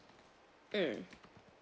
mm